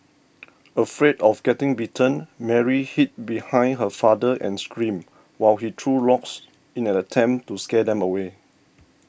afraid of getting bitten Mary hid behind her father and screamed while he threw rocks in an attempt to scare them away